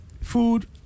food